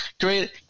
great